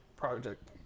project